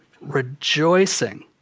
rejoicing